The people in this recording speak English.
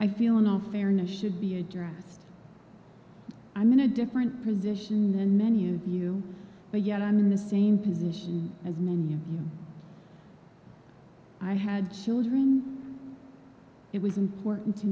i feel in all fairness should be addressed i'm in a different position than many of you but yet i'm in the same position as many of you i had children it was important to